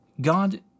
God